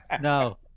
No